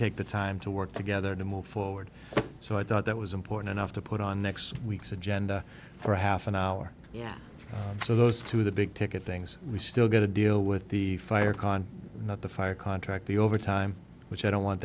take the time to work together to move forward so i thought that was important enough to put on next week's agenda for half an hour yeah so those two the big ticket things we still got to deal with the fire con not the fire contract the over time which i don't want